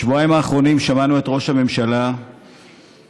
בשבועיים האחרונים שמענו את ראש הממשלה מדבר,